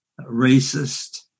racist